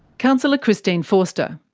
councillor christine forster.